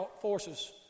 forces